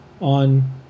on